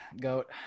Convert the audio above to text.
Goat